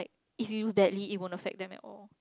if you badly it won't affect them at all